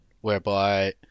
whereby